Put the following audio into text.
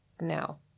now